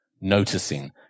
noticing